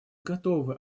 готовы